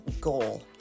goal